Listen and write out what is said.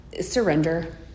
surrender